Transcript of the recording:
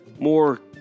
More